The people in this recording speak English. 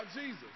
Jesus